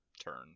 turn